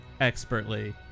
expertly